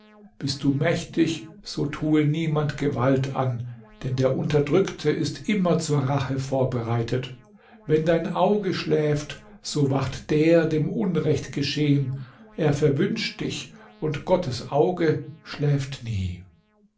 bist du mächtig so tue niemand gewalt an denn der unterdrückte ist immer zur rache vorbereitet wenn dein auge schläft so wacht der dem unrecht geschehen er verwünscht dich und gottes auge schläft nie